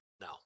no